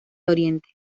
oriente